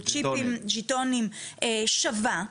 ז'יטונים שווה,